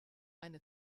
eine